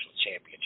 championship